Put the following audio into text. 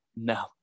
No